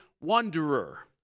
wanderer